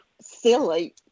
silly